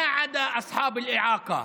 חוץ מאשר בעלי מוגבלויות.)